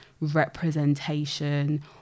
representation